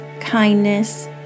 kindness